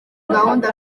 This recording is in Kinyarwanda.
gahunda